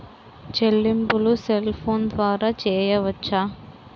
చెల్లింపులు cell phone ద్వారా చేయవచ్చా?